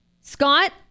Scott